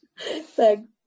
Thanks